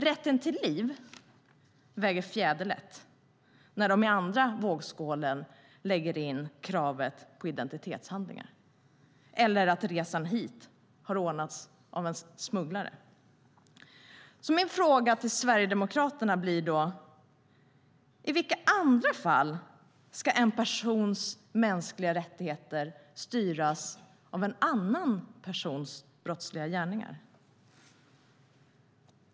Rätten till liv väger fjäderlätt när de i andra vågskålen lägger in kravet på identitetshandlingar eller att resan hit har ordnats av en smugglare. Min fråga till Sverigedemokraterna blir: I vilka andra fall ska en persons mänskliga rättigheter styras av en annan persons brottsliga gärningar?